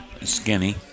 skinny